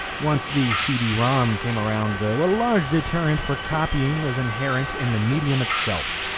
once the cd-rom came around there were large deterrent for copying was inherent in the medium itself.